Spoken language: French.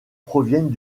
proviennent